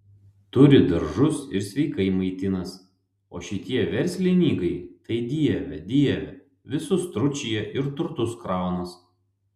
turi daržus ir sveikai maitinas o šitie verslinykai tai dieve dieve visus tručija ir turtus kraunas